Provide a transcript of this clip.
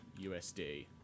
USD